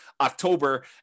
October